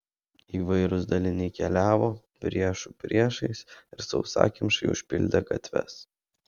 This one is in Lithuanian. įvairūs daliniai keliavo priešų priešais ir sausakimšai užpildė gatves